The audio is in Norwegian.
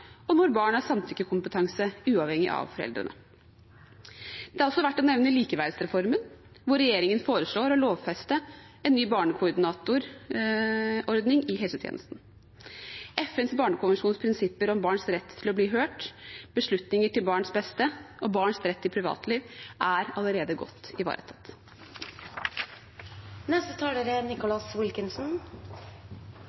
og når barn har samtykkekompetanse uavhengig av foreldrene. Det er også verdt å nevne likeverdsreformen, hvor regjeringen foreslår å lovfeste en ny barnekoordinatorordning i helsetjenesten. FNs barnekonvensjons prinsipper om barns rett til å bli hørt, beslutninger til barns beste og barns rett til privatliv er allerede godt